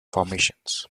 formations